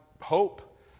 hope